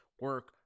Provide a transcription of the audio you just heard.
Work